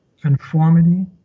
conformity